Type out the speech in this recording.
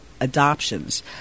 adoptions